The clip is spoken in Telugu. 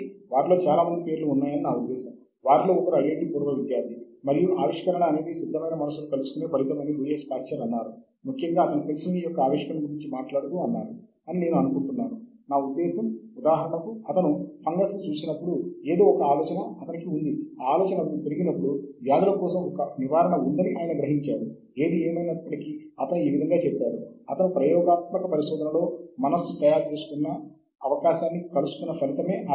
కాబట్టి ముఖ్యంగా ఇది ఒక నిర్దిష్ట పరిశోధనా పత్రాన్ని గుర్తించటానికి అవసరమయ్యే పదాలతో రావడం లాంటిది మరియు దీనిలో ఆ వ్యాసాన్ని గుర్తించటానికి దీనిలో చాలా వైవిధ్యాలు ఉన్నాయి